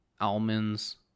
almonds